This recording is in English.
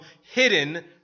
hidden